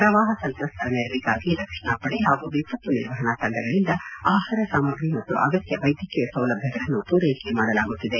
ಪ್ರವಾಹ ಸಂತ್ರಸ್ತರ ನೆರವಿಗಾಗಿ ರಕ್ಷಣಾ ಪಡೆ ಹಾಗೂ ವಿಪತ್ತು ನಿರ್ವಹಣಾ ತಂಡಗಳಿಂದ ಆಹಾರ ಸಾಮಗ್ರಿ ಮತ್ತು ಅಗತ್ತ ವೈದ್ಯಕೀಯ ಸೌಲಭ್ಯಗಳನ್ನು ಪೂರೈಕೆ ಮಾಡಲಾಗುತ್ತಿದೆ